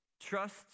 trust